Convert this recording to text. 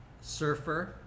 surfer